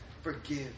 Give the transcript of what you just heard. forgive